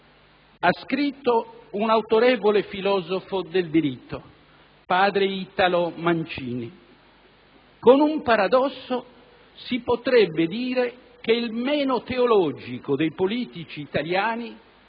Ha scritto un autorevole filosofo del dritto, padre Italo Mancini: «con un paradosso si potrebbe dire che il meno teologico dei politici italiani,